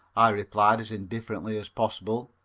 i replied as indifferently as possible.